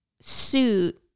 suit